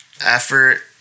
effort